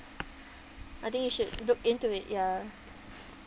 I think you should look into it ya